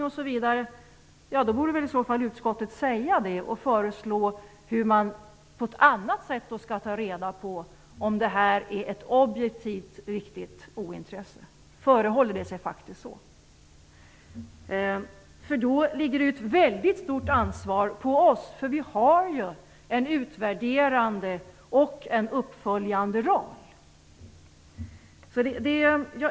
Om det är så borde väl utskottet i så fall säga det. Utskottet borde föreslå hur man på ett annat sätt kan ta reda på om det objektivt sett faktiskt är så att det föreligger ett ointresse. Då ligger det ett väldigt stort ansvar på oss. Vi har ju en utvärderande och en uppföljande roll.